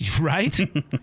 right